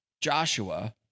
Joshua